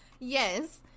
Yes